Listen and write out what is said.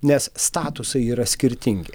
nes statusai yra skirtingi